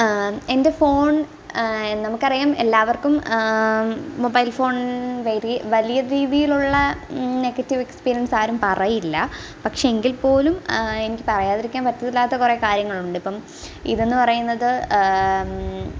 എന്റെ ഫോൺ നമുക്കറിയാം എല്ലാവർക്കും മൊബൈൽ ഫോൺ വരി വലിയ രീതിയിലുള്ള നെഗറ്റീവ് എക്സ്പീരിയൻസ് ആരും പറയില്ല പക്ഷേ എങ്കിൽപോലും എനിക്ക് പറയാതിരിക്കാൻ പറ്റില്ലാത്ത കുറെ കാര്യങ്ങളുണ്ട് ഇപ്പം ഇതെന്ന് പറയുന്നത്